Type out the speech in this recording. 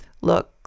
look